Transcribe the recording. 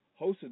Hosted